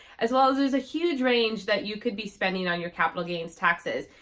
as well as there's a huge range that you could be spending on your capital gains taxes.